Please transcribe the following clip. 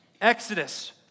Exodus